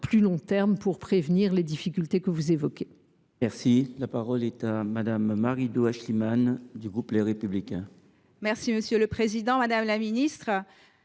plus long terme, afin de prévenir les difficultés que vous évoquez.